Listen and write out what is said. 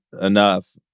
enough